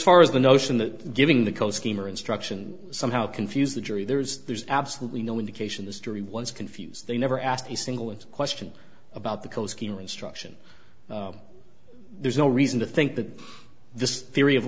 far as the notion that giving the co scheme or instruction somehow confuse the jury there's there's absolutely no indication this jury once confuse they never asked a single into question about the coast struction there's no reason to think that this theory of